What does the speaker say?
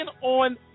on